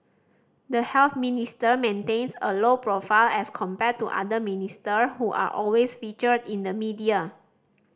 the Health Minister maintains a low profile as compared to the other minister who are always featured in the media